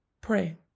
pray